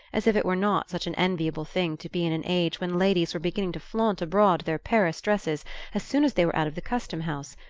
as if it were not such an enviable thing to be in an age when ladies were beginning to flaunt abroad their paris dresses as soon as they were out of the custom house,